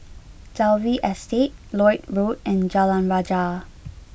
Dalvey Estate Lloyd Road and Jalan Rajah